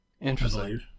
Interesting